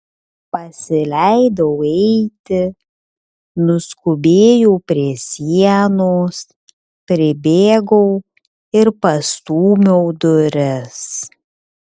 pasileidau eiti nuskubėjau prie sienos pribėgau ir pastūmiau duris